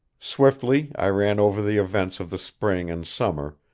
swiftly, i ran over the events of the spring and summer,